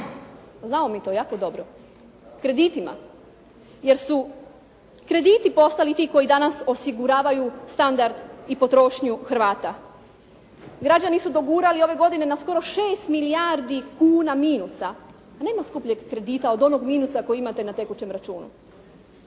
Znamo mi to jako dobro. Kreditima. Jer su krediti postali ti koji danas osiguravaju standard i potrošnju Hrvata. Građani su dogurali ove godine na skoro 6 milijardi kuna minusa. Nema skupljeg kredita od onog minusa koji imate na tekućem računu.